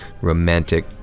romantic